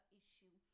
issue